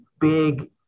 big